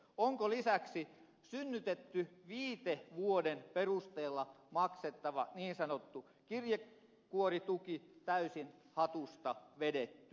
onko lisäksi synnytetty viitevuoden perusteella maksettava niin sanottu kirjekuorituki täysin hatusta vedetty